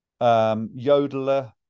yodeler